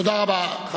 תודה רבה.